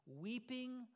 weeping